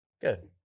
Good